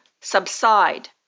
subside